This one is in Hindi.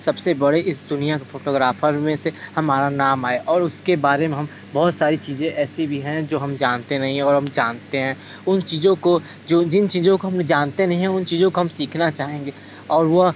सबसे बड़े इस दुनिया के फोटोग्राफर में से हमारा नाम आए और उसके बारे में हम बहुत सारी चीज़ें ऐसी भी हैं जो हम जानते नहीं हैं और हम जानते हैं उन चीज़ें को जो जिन चीज़ें को हम जानते नहीं हैं उन चीज़ों का हम सीखना चाहेंगे और वह